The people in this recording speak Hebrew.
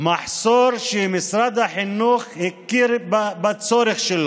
מחסור שמשרד החינוך הכיר בו, בצורך.